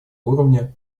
уровня